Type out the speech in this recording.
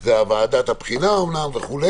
זה ועדת הבחינה אומנם וכו'